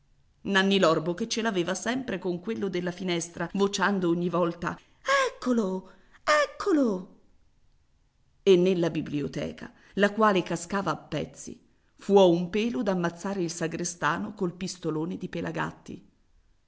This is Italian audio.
solaio nanni l'orbo che ce l'aveva sempre con quello della finestra vociando ogni volta eccolo eccolo e nella biblioteca la quale cascava a pezzi fu a un pelo d'ammazzare il sagrestano col pistolone di pelagatti